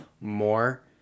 more